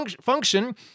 function